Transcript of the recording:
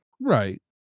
Right